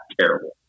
terrible